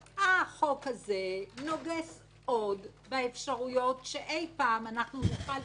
החוק הזה נוגס עוד באפשרויות שאי פעם נוכל באמת